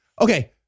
Okay